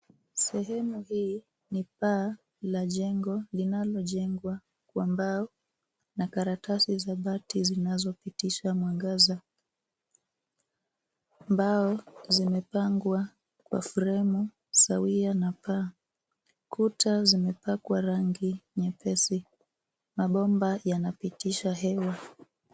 Sehemu hii ni paa la jengo linalojengwa kwa mbao na karatasi za bati zinazopitiza mwangaza. Mbao zimepangwa kwa fremu sawia na paa. Kuta zimepakwa rangi nyepesi. Mabomba yanapitisha hewa.